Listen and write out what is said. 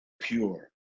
Pure